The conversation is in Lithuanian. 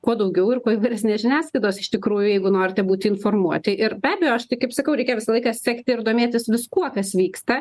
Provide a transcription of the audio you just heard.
kuo daugiau ir kuo įvairesnės žiniasklaidos iš tikrųjų jeigu norite būti informuoti ir be abejo aš tai kaip sakau reikia visą laiką sekti ir domėtis viskuo kas vyksta